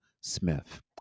Smith